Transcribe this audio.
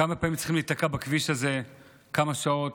כמה פעמים צריכים להיתקע בכביש הזה כמה שעות.